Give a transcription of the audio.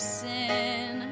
sin